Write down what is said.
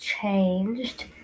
changed